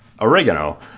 Oregano